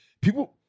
people